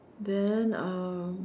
then um